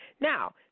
Now